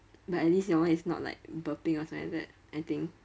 but at least your one is not like burping or something like that I think